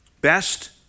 Best